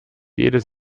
jedes